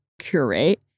curate